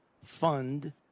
fund